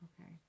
Okay